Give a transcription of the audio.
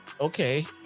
okay